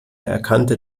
erkannte